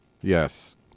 Yes